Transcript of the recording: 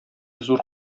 зур